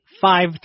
five